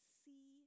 see